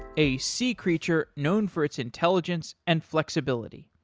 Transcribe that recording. a sea creature known for its intelligence and flexibility.